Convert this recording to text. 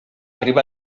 riba